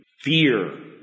fear